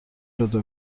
شده